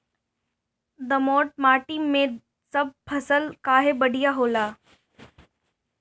दोमट माटी मै सब फसल काहे बढ़िया होला?